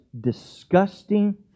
disgusting